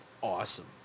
awesome